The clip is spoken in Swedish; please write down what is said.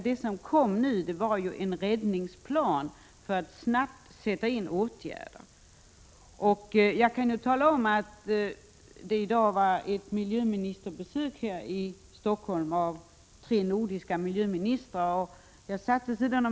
1986/87:118 räddningsplan för att man snabbt skall kunna sätta in åtgärder. Jag kan tala 7 maj 1987 om att Stockholm i dag haft besök av tre nordiska miljöministrar.